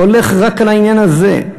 הולך רק על העניין הזה.